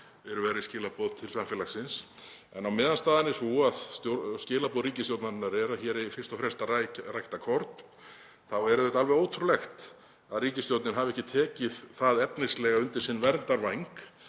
eru verri skilaboð til samfélagsins. En á meðan staðan er sú að skilaboð ríkisstjórnarinnar eru að hér eigi fyrst og fremst að rækta korn þá er auðvitað alveg ótrúlegt að ríkisstjórnin hafi ekki tekið það efnislega undir sinn verndarvæng